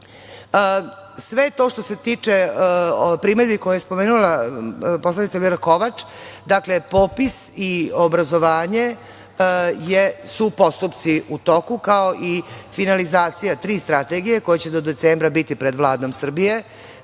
to što se tiče primedbi koje je spomenula poslanica Elvira Kovač, dakle, popis i obrazovanje su postupci u toku, kao i finalizacija tri strategije koje će do decembra biti pred Vladom Srbije